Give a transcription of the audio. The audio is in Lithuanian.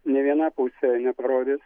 nė viena pusė neparodys